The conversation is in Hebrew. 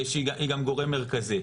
והיא גם גורם מרכזי.